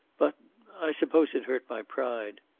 but i suppose it hurt my pride.